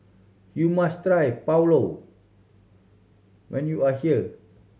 you must try Pulao when you are here